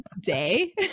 day